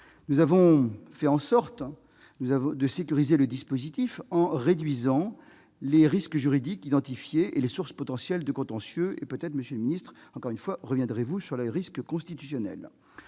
Nous avons fait en sorte de sécuriser le dispositif, en réduisant les risques juridiques identifiés et les sources potentielles de contentieux. Peut-être, monsieur le ministre, reviendrez-vous sur les risques constitutionnels